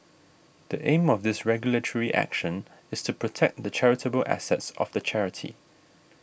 the aim of this regulatory action is to protect the charitable assets of the charity